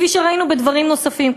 כפי שראינו בדברים נוספים.